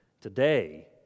today